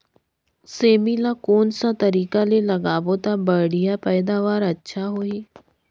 सेमी ला कोन सा तरीका ले लगाबो ता बढ़िया पैदावार अच्छा होही?